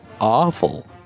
awful